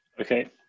Okay